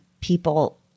People